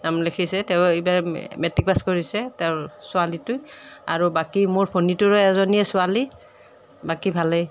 নাম লিখিছে তেওঁ এইবাৰ মেট্ৰিক পাছ কৰিছে তেওঁৰ ছোৱালীটোৱে আৰু বাকী মোৰ ভনীটোৰো এজনীয়ে ছোৱালী বাকী ভালেই